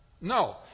No